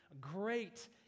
great